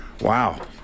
Wow